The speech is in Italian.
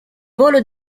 volo